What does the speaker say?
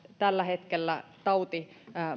tällä hetkellä tauti